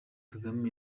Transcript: kagame